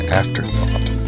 afterthought